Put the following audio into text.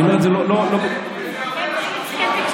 אני אומר את זה לא, וזה עוזר לשוטרים לא פחות.